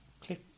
click